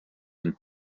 and